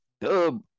dub